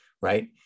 right